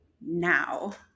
now